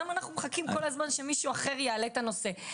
למה אנחנו מחכים כל הזמן שמישהו אחר יעלה את הנושא.